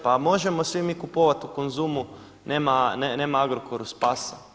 Pa možemo mi svi kupovat u Konzumu, nema Agrokoru spasa.